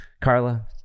Carla